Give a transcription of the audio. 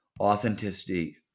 authenticity